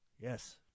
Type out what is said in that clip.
Yes